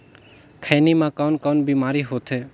खैनी म कौन कौन बीमारी होथे?